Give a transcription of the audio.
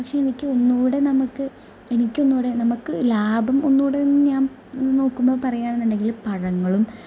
പക്ഷേ എനിക്ക് ഒന്നുകൂടെ നമുക്ക് എനിക്ക് ഒന്നുകൂടെ നമുക്ക് ലാഭം ഒന്നുകൂടെ ഞാൻ നോക്കുമ്പോൾ പറയുവാണെന്നുണ്ടെങ്കിൽ പഴങ്ങളും